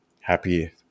happy